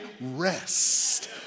rest